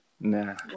nah